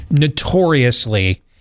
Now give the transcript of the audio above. notoriously